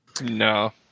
No